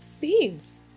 Beans